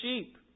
sheep